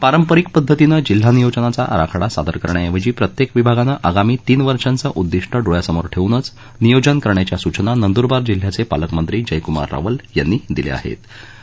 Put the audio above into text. पारंपारीक पद्धतीनं जिल्हा नियोजनाचा आराखडा सादर करण्याऐवजी प्रत्यक्तीविभागानं आगामी तीन वर्षांचं उदिष्ट डोळ्यासमोर ठधूनेच नियोजन करण्याच्या सूचना नंदूरबार जिल्ह्याचप्रालकमंत्री जयकूमार रावल यांनी दिल्या आहप्ती